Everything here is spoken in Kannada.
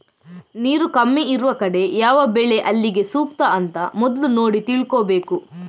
ನೀರು ಕಮ್ಮಿ ಇರುವ ಕಡೆ ಯಾವ ಬೆಳೆ ಅಲ್ಲಿಗೆ ಸೂಕ್ತ ಅಂತ ಮೊದ್ಲು ನೋಡಿ ತಿಳ್ಕೋಬೇಕು